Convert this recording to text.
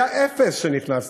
היו אפס כשנכנסתי.